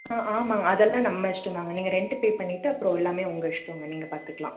ஆ ஆமாங்க அதெல்லாம் நம்ம இஷ்டம் தாங்க நீங்கள் ரெண்ட் பே பண்ணிவிட்டு அப்புறம் எல்லாமே உங்கள் இஷ்டம்ங்க நீங்கள் பார்த்துக்கலாம்